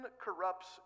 corrupts